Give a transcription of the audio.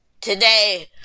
Today